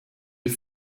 die